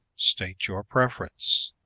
state your preference.